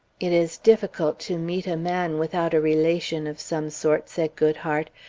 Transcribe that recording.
it is difficult to meet a man without a relation of some sort, said goodhart.